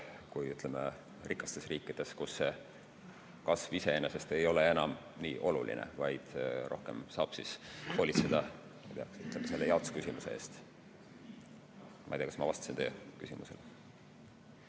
kui, ütleme, rikastes riikides, kus see kasv iseenesest ei ole enam nii oluline, vaid rohkem saab hoolitseda jaotusküsimuse eest. Ma ei tea, kas ma vastasin teie küsimusele.